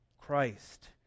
Christ